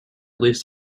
least